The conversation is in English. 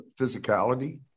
physicality